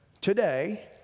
today